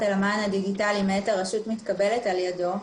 אל המען הדיגיטלי מאת הרשות מתקבלת על ידו.